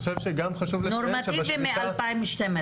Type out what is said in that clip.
נורמטיבי מ-2012.